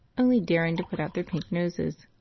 only daring to put out their pink noses!